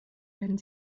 werden